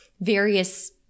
various